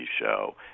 show